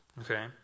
Okay